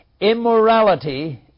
immorality